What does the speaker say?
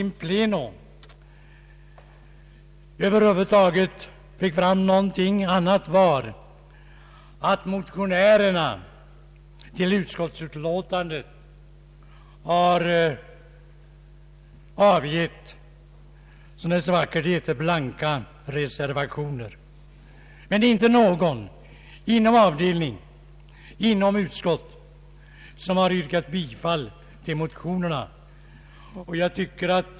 I utskottet in pleno avgav motionärerna blanka reservationer, som det så vackert heter, men ingen av utskottets ledamöter har yrkat bifall till motionen.